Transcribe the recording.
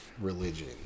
religion